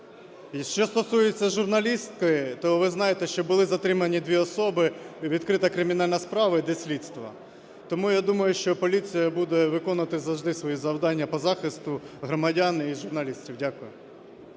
І що стосується журналістки, то ви знаєте, що були затримані дві особи, відкрита кримінальна справа, іде слідство. Тому я думаю, що поліція буде виконувати завжди свої завдання по захисту громадян і журналістів. Дякую.